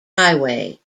highway